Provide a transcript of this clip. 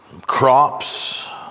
crops